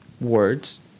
words